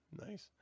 nice